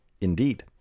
Indeed